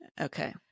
Okay